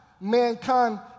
mankind